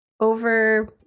over